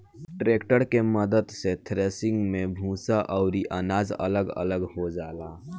tractor के मद्दत से थ्रेसिंग मे भूसा अउरी अनाज अलग अलग हो जाला